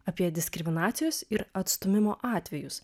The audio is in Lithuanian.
apie diskriminacijos ir atstūmimo atvejus